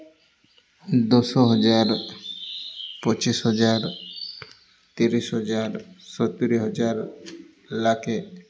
ଦଶ ହଜାର ପଚିଶ ହଜାର ତିରିଶ ହଜାର ସତୁୁରୀ ହଜାର ଲକ୍ଷେ